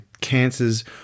cancers